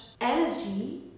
energy